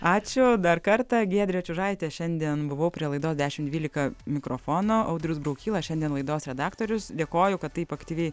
ačiū dar kartą giedrė čiužaitė šiandien buvau prie laidos dešim dvylika mikrofono audrius braukyla šiandien laidos redaktorius dėkoju kad taip aktyviai